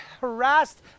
harassed